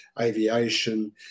aviation